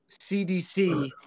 CDC